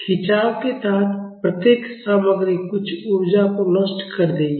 खिंचाव के तहत प्रत्येक सामग्री कुछ ऊर्जा को नष्ट कर देगी